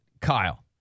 kyle